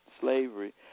slavery